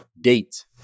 date